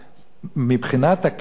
מבחינת הכניסה,